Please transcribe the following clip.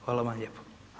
Hvala vam lijepa.